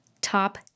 top